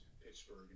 Pittsburgh